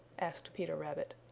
asked peter rabbit.